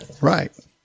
Right